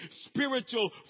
Spiritual